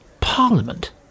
Parliament